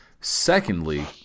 Secondly